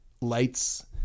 lights